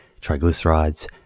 triglycerides